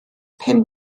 pum